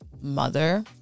mother